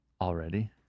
Already